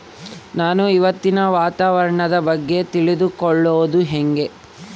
ನಾನು ಇವತ್ತಿನ ವಾತಾವರಣದ ಬಗ್ಗೆ ತಿಳಿದುಕೊಳ್ಳೋದು ಹೆಂಗೆ?